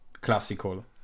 classical